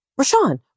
Rashawn